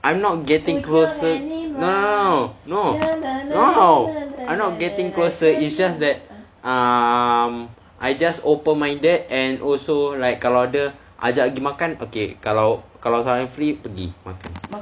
I'm not getting closer no no I'm not getting closer it's just that err I just open minded and also like kalau ada ajak pergi makan okay kalau safian free pergi makan